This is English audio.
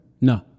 No